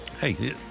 hey